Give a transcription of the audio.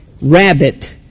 rabbit